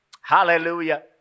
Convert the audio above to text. Hallelujah